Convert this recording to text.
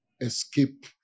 escape